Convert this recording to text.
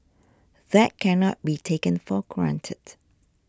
that cannot be taken for granted